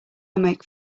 make